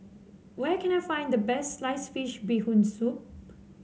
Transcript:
where can I find the best Sliced Fish Bee Hoon Soup